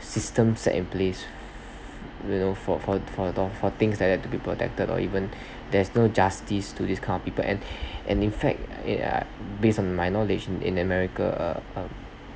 system set in place for you know for for for the do~ for things like that to be protected or even there's no justice to this kind of people and and in fact eh ah based on my knowledge in the america uh